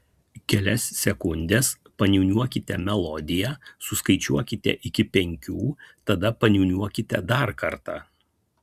kelias sekundes paniūniuokite melodiją suskaičiuokite iki penkių tada paniūniuokite dar kartą